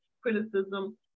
criticism